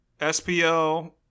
SPO